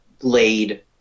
laid